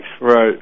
Right